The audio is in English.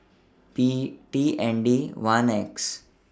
P T N D one X